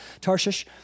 Tarshish